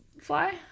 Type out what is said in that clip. fly